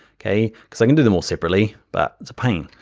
okay? cuz i can do them all separately, but it's a pain,